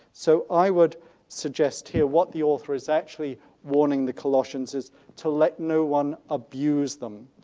so i would suggest hear what the author is actually warning the colossians is to let no one abuse them,